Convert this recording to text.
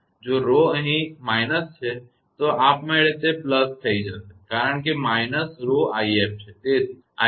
જો 𝜌 અહીં ઓછા છે તો અહીં આપમેળે તે વત્તા બનશે કારણ કે −𝜌𝑖𝑓 છે